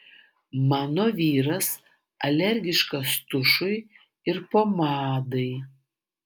mano vyras alergiškas tušui ir pomadai